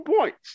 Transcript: points